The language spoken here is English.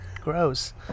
Gross